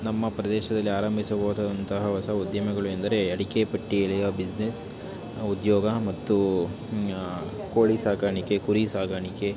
ನಮ್ಮ ಪ್ರದೇಶದಲ್ಲಿ ಆರಂಭಿಸಬಹುದಾದಂತಹ ಹೊಸ ಉದ್ಯಮಗಳು ಎಂದರೆ ಅಡಿಕೆ ಪಟ್ಟಿ ಎಲೆಯ ಬಿಸ್ನೆಸ್ ಉದ್ಯೋಗ ಮತ್ತು ಕೋಳಿ ಸಾಕಾಣಿಕೆ ಕುರಿ ಸಾಗಾಣಿಕೆ